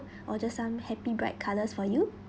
or just some happy bright colors for you